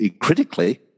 critically –